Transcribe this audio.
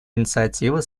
инициативы